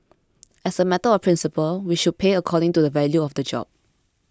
as a matter of principle we should pay according to the value of the job